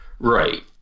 Right